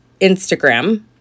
Instagram